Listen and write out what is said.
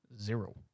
Zero